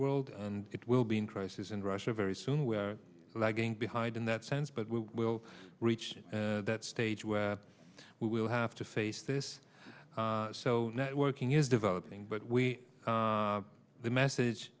world and it will be in crisis in russia very soon we're lagging behind in that sense but we will reach that stage where we will have to face this so networking is developing but we the message